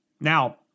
Now